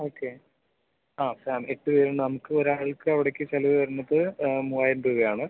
okay ആ farm എട്ട് പേരുണ്ട് നമുക്ക് ഒരാൾക്ക് അവിടേക്ക് ചിലവ് വരുന്നത് മൂവായിരം രൂപയാണ്